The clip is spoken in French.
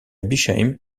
bischheim